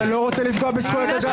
--- אתה לא רוצה לפגוע בזכויות אדם?